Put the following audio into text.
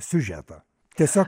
siužetą tiesiog